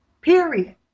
period